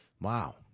Wow